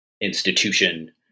institution